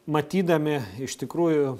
matydami iš tikrųjų